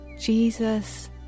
Jesus